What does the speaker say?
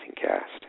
cast